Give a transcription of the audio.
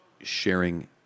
sharing